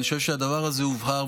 אני חושב שהדבר הזה הובהר,